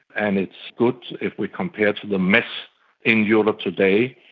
and it's good if we compare to the mess in europe today,